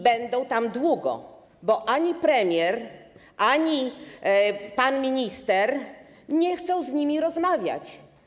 Będą tam długo, bo ani premier, ani pan minister nie chcą z nimi rozmawiać.